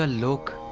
ah look